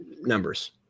numbers